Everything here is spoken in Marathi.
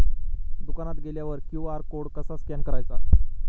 दुकानात गेल्यावर क्यू.आर कोड कसा स्कॅन करायचा?